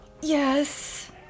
Yes